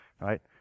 right